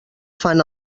fan